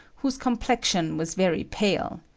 whose complexion was very pale.